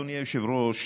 אדוני היושב-ראש,